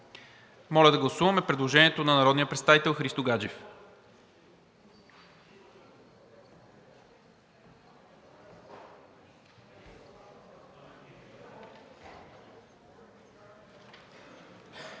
Моля да гласуваме предложението на народния представител Христо Гаджев. Гласували